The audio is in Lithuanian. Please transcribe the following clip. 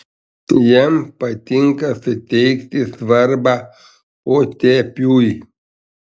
jam patinka suteikti svarbą potėpiui